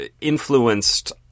influenced